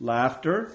Laughter